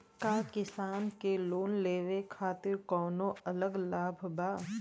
का किसान के लोन लेवे खातिर कौनो अलग लाभ बा?